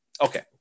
Okay